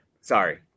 Sorry